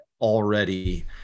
already